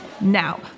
Now